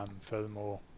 furthermore